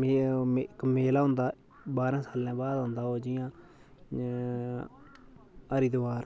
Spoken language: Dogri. मे मे इक मेला होंदा बारांं सालें बाद औंदा ओह् जियां हरिद्वार